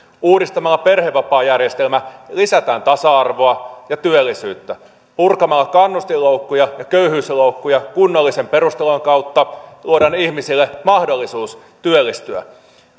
uudistamalla perhevapaajärjestelmä lisätään tasa arvoa ja työllisyyttä purkamalla kannustinloukkuja ja köyhyysloukkuja kunnollisen perustulon kautta luodaan ihmisille mahdollisuus työllistyä